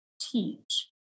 teach